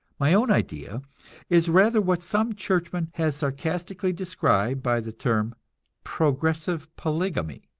my own idea is rather what some churchman has sarcastically described by the term progressive polygamy.